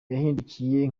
yahindukiye